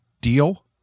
deal